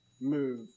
move